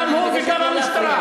גם הוא וגם המשטרה.